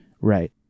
Right